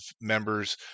members